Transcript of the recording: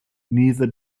neither